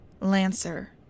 Lancer